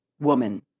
woman